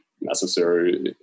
necessary